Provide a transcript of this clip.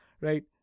right